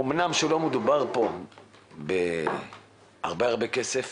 אמנם לא מדובר כאן בהרבה כסף